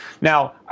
Now